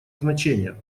значение